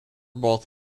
both